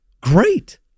great